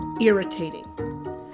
irritating